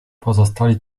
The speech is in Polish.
pozostali